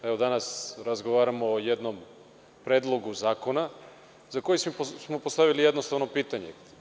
Evo, danas razgovaramo o jednom predlogu zakona za koji smo postavili jednostavno pitanje.